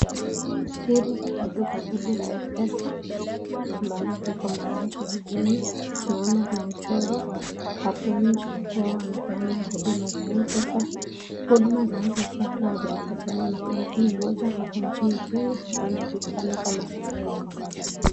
Hili ni duka ndogo la mpesa ambalo liko mahali jijini, tunaona limechorwa hapo nje kwao wanapeana huduma za mpesa. Huduma za mpesa huwa zinapatianwa kampuni moja hapa nchini Kenya ambayo inajulikana kama safaricom.